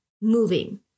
moving